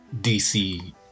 DC